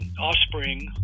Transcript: offspring